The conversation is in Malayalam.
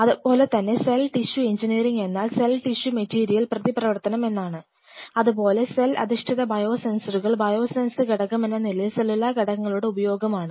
അതുപോലെ തന്നെ സെൽ ടിഷ്യു എഞ്ചിനീയറിംഗ് എന്നാൽ സെൽ ടിഷ്യു മെറ്റീരിയൽ പ്രതിപ്രവർത്തനം എന്നാണ് അതുപോലെ സെൽ അധിഷ്ഠിത ബയോസെൻസറുകൾ ബയോസെൻസർ ഘടകമെന്ന നിലയിൽ സെല്ലുലാർ ഘടകങ്ങളുടെ ഉപയോഗമാണ്